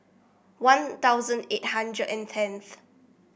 One Thousand eight hundred and tenth